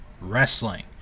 Wrestling